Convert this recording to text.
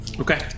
Okay